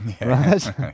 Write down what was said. right